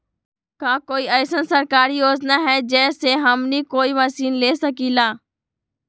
का कोई अइसन सरकारी योजना है जै से हमनी कोई मशीन ले सकीं ला?